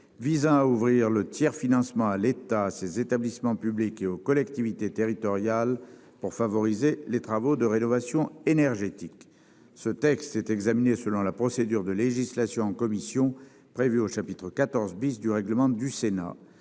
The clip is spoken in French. visant à ouvrir le tiers-financement à l'état ces établissements publics et aux collectivités territoriales pour favoriser les travaux de rénovation énergétique. Ce texte est examiné selon la procédure de législation en commission prévu aux chapitres 14 bis du règlement du Sénat.